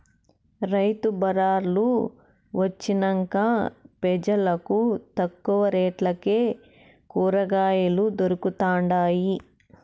రైతు బళార్లు వొచ్చినంక పెజలకు తక్కువ రేట్లకే కూరకాయలు దొరకతండాయి